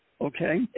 Okay